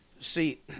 see